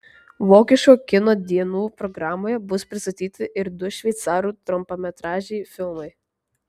vokiško kino dienų programoje bus pristatyti ir du šveicarų trumpametražiai filmai